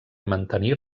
mantenir